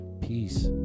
Peace